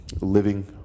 living